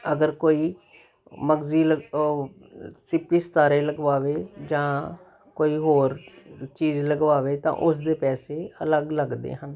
ਅਗਰ ਕੋਈ ਮਗਜ਼ੀਲ ਸਿੱਪੀ ਸਤਾਰੇ ਲਗਵਾਵੇ ਜਾਂ ਕੋਈ ਹੋਰ ਚੀਜ਼ ਲਗਵਾਵੇ ਤਾਂ ਉਸਦੇ ਪੈਸੇ ਅਲੱਗ ਲੱਗਦੇ ਹਨ